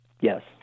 Yes